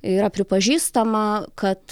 yra pripažįstama kad